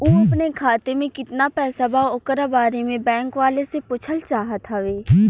उ अपने खाते में कितना पैसा बा ओकरा बारे में बैंक वालें से पुछल चाहत हवे?